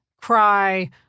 cry